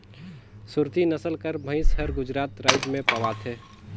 सुरती नसल कर भंइस हर गुजरात राएज में पवाथे